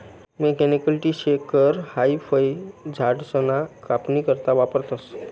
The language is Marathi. मेकॅनिकल ट्री शेकर हाई फयझाडसना कापनी करता वापरतंस